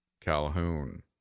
Calhoun